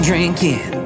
Drinking